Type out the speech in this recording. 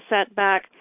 setback